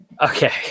Okay